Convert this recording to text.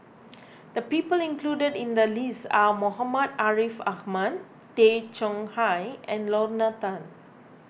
the people included in the list are Muhammad Ariff Ahmad Tay Chong Hai and Lorna Tan